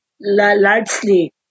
largely